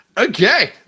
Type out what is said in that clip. Okay